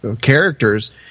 characters